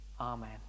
amen